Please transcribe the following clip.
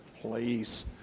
Please